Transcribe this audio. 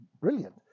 brilliant